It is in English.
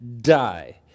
die